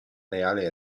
reale